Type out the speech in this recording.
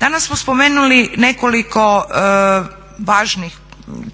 Danas smo spomenuli nekoliko važnih